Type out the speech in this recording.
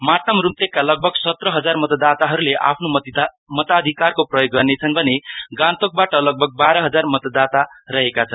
मार्ताम रूम्तेकका लगभग सत्रहजार मतदाताहरूले आफ्नो मताधिकारको प्रयोग गर्नेछन् भने गान्तोकबाट लगभग बाह्र हजार मतदाता रहेका छन्